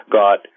got